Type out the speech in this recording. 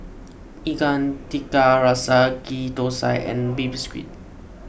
Ikan Tiga Rasa Ghee Thosai and Baby Squid